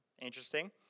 Interesting